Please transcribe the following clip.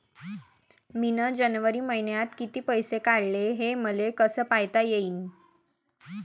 मिन जनवरी मईन्यात कितीक पैसे काढले, हे मले कस पायता येईन?